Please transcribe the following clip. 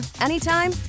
anytime